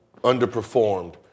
underperformed